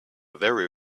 very